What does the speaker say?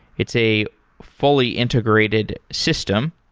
it's a fully integrated system.